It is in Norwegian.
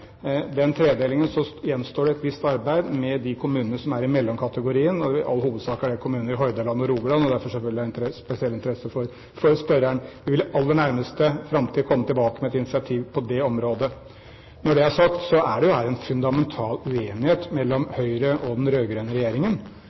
den tredelingen gjenstår det et visst arbeid med de kommunene som er i mellomkategorien. I all hovedsak er det kommuner i Hordaland og Rogaland, og derfor selvfølgelig av spesiell interesse for spørreren. Vi vil i aller nærmeste framtid komme tilbake med et initiativ på det området. Når det er sagt, er det her en fundamental uenighet mellom Høyre og den rød-grønne regjeringen.